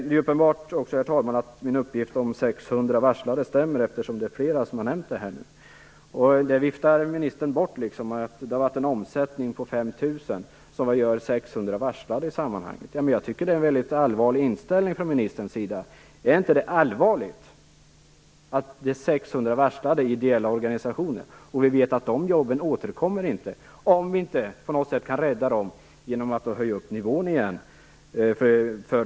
Det är uppenbart, herr talman, att min uppgift om 600 varslade stämmer eftersom det är flera som har nämnt det nu. Det viftade ministern bort med att det har varit en omsättning på 5 000 personer. Vad gör det i sammanhanget om 600 är varslade? Men jag tycker att det är en väldigt oroande inställning från ministerns sida. Är det inte allvarligt att 600 personer är varslade i ideella organisationer? Vi vet att dessa jobb inte återkommer om vi inte på något sätt kan rädda dem genom att höja nivån för lönebidraget igen.